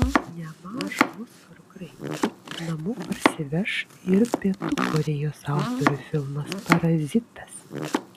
nemažą oskarų kraitį namo parsiveš ir pietų korėjos autorių filmas parazitas